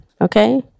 okay